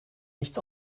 nichts